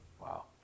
wow